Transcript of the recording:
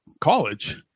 college